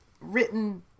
written